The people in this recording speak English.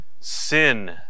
Sin